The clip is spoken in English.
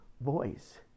voice